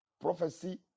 prophecy